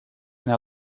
naar